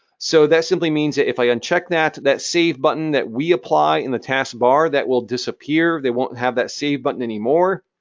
so, that simple means that if i uncheck that, that save button that we apply in the task bar, that will disappear. they won't have that save button anymore,